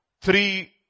three